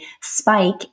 spike